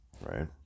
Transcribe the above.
Right